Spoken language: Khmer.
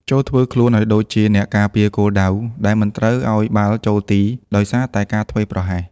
ចូរធ្វើខ្លួនឱ្យដូចជាអ្នកការពារគោលដៅ ដែលមិនត្រូវឱ្យបាល់ចូលទីដោយសារតែការធ្វេសប្រហែស។